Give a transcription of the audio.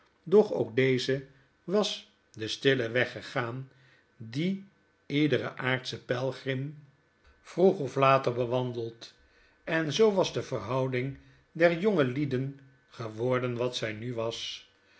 doch ook deze was den stillen weg gegaan dien iedere aardsche pelgrim vroeger of later bewandelt en zoo was de verhouding der jongelieden geworden wat zy nu was